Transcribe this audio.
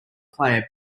player